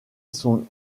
son